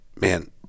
man